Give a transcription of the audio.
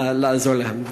לעזור להם.